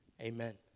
Amen